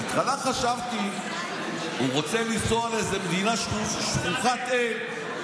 בהתחלה חשבתי שהוא רוצה לנסוע לאיזו מדינה שכוחת אל,